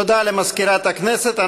תודה למזכירת הכנסת.